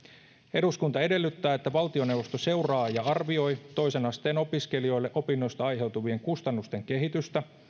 eduskunta edellyttää että valtioneuvosto seuraa ja arvioi toisen asteen opiskelijoille opinnoista aiheutuvien kustannusten kehitystä